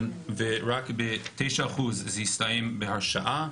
ורק ב-9 אחוז זה הסתיים בהרשעה.